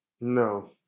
No